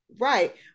right